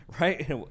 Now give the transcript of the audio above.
right